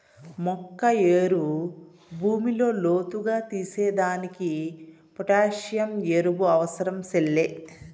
మొక్క ఏరు భూమిలో లోతుగా తీసేదానికి పొటాసియం ఎరువు అవసరం సెల్లే